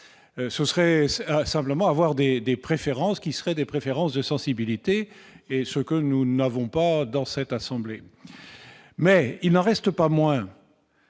ce serait simplement avoir des des préférences qui seraient des préférences de sensibilité et ce que nous n'avons pas dans cette assemblée, mais il n'en reste pas moins.